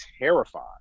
terrified